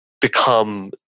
become